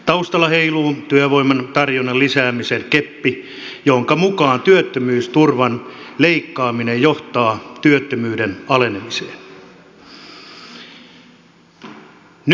taustalla heiluu työvoiman tarjonnan lisäämisen keppi jonka mukaan työttömyysturvan leikkaaminen johtaa työttömyyden alenemiseen